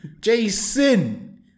Jason